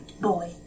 boy